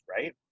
right